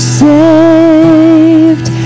saved